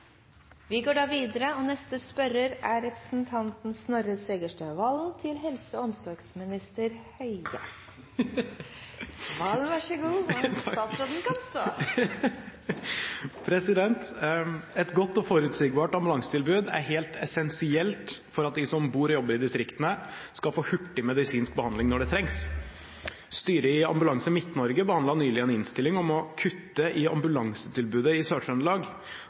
godt og forutsigbart ambulansetilbud er helt essensielt for at de som bor og jobber i distriktene, skal få hurtig medisinsk behandling når det trengs. Styret i Ambulanse Midt-Norge behandlet nylig en innstilling om å kutte i ambulansetilbudet i